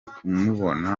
kumubona